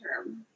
term